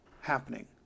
happening